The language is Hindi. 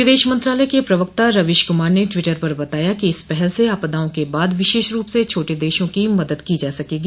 विदेश मंत्रालय के प्रवक्ता रवीश कुमार ने टवीटर पर बताया कि इस पहल से आपदाओं के बाद विशेष रूप से छोटे देशों की मदद की जा सकेगी